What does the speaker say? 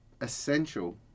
essential